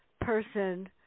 person